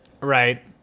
Right